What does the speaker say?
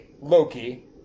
Loki